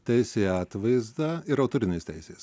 taisė į atvaizdą ir autorinės teisės